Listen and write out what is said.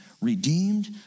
redeemed